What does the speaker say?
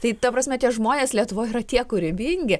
tai ta prasme tie žmonės lietuvoj yra tiek kūrybingi